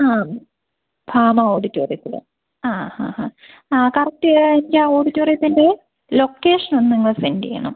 ആ ഭാമ ഓഡിറ്റോറിയത്തിൽ ആ ആ ആ ആ കറക്റ്റ് എനിക്ക് ആ ഓഡിറ്റോറിയത്തിൻ്റെ ലൊക്കേഷൻ ഒന്ന് ഇങ്ങ് സെൻഡ് ചെയ്യണം